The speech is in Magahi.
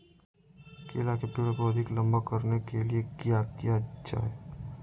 केला के पेड़ को अधिक लंबा करने के लिए किया किया जाए?